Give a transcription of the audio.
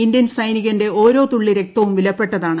Indian സൈനികന്റെ ഓരോ തുള്ളി രക്തവും വിലപ്പെട്ടതാണ്